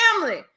family